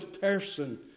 person